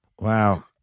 Wow